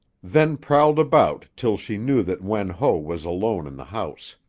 then prowled about till she knew that wen ho was alone in the house.